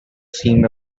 seem